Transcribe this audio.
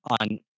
on